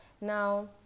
Now